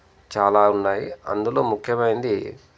చాలా ఉన్నాయి అందులో ముఖ్యమైంది